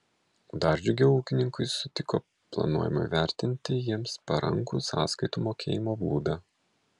dar džiugiau ūkininkai sutiko planuojamą įtvirtinti jiems parankų sąskaitų mokėjimo būdą